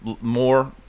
more